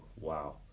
wow